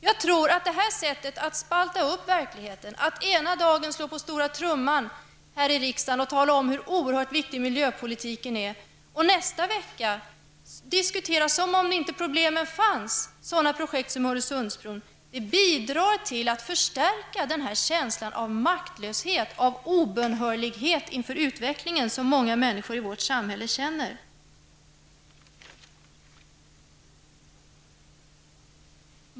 Jag tror att det här sättet att spalta upp verkligheten, att ena dagen slå på stora trumman här i riksdagen och tala om hur oerhört viktig miljöpolitiken är och nästa dag diskutera sådana projekt som Öresundbron som om problemen inte fanns, bidrar till att förstärka känslan av maktlöshet, av obönhörlighet inför utvecklingen, som många människor i vårt samhälle känner.